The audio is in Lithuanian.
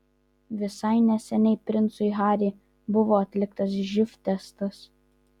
visai neseniai princui harry buvo atliktas živ testas